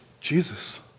Jesus